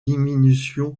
diminution